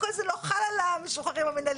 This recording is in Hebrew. קודם כול זה לא חל על המשוחררים המינהליים,